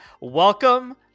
welcome